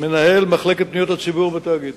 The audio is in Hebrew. מנהל מחלקת פניות הציבור בתאגיד.